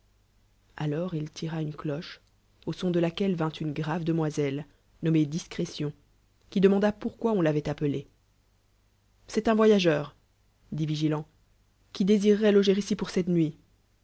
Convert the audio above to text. alors il tira une cloche au son de laquelle vint une grave démoiseile nommée discrélion qui demanda pourquoi on l'avoit lippelée c'est un voyageur dit vigilantqui déeireroit loger ici pour cette nuit